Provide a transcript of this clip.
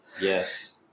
Yes